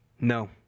No